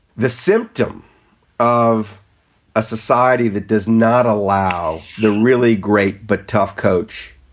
the symptom of a society that does not allow the really great but tough coach.